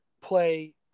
play